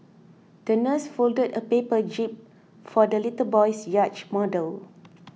the nurse folded a paper jib for the little boy's yacht model